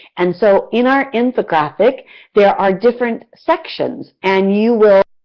and so in our infographic there are different sections and you will